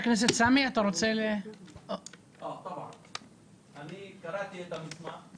אני קראתי את המסמך.